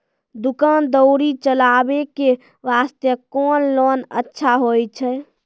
दुकान दौरी चलाबे के बास्ते कुन लोन अच्छा होय छै?